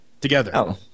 together